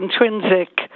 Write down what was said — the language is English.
intrinsic